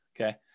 Okay